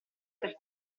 per